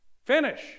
Finish